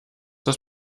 das